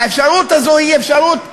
האפשרות הזאת היא אפשרות ריאלית.